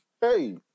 Hey